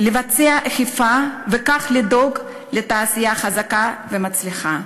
לבצע אכיפה, וכך לדאוג לתעשייה חזקה ומצליחה.